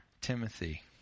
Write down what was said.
Timothy